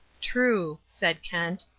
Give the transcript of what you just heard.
true, said kent.